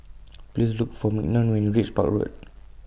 Please Look For Mignon when YOU REACH Park Road